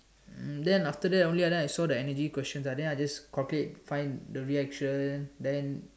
then after that only right I saw the energy questions then I just okay find the reaction then